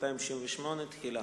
סעיף 268 (תחילה).